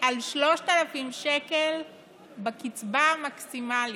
על 3,000 שקל בקצבה המקסימלית.